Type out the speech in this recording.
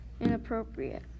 inappropriate